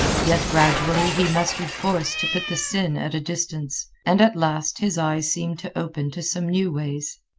yet gradually he mustered force to put the sin at a distance. and at last his eyes seemed to open to some new ways.